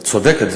את צודקת,